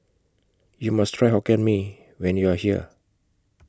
YOU must Try Hokkien Mee when YOU Are here